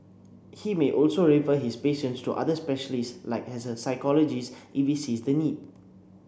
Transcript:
he may also refer his patients to other specialists like a psychologist if he sees the need